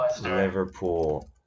Liverpool